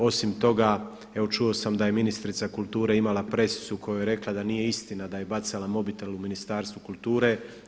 Osim toga, evo čuo sam da je ministrica kulture imala presicu u kojoj je rekla da nije istina da je bacala mobitel u Ministarstvu kulture.